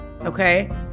Okay